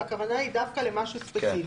והכוונה היא דווקא למשהו ספציפי.